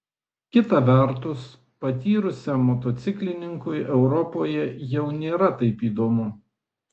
kita vertus patyrusiam motociklininkui europoje jau nėra taip įdomu